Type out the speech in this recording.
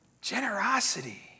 generosity